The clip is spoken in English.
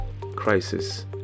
crisis